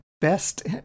best